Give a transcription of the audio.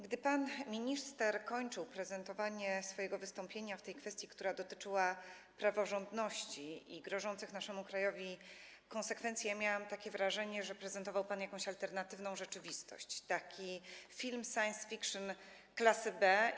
Gdy pan minister kończył prezentowanie swojego wystąpienia w kwestii, która dotyczyła praworządności i grożących naszemu krajowi konsekwencji, miałam takie wrażenie, że prezentował pan jakąś alternatywną rzeczywistość, taki film science fiction klasy B.